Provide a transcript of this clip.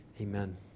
Amen